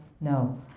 No